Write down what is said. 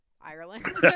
Ireland